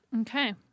Okay